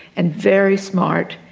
and very smart.